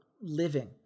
living